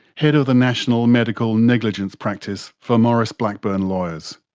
head of the national medical negligence practice for maurice blackburn lawyers.